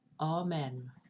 Amen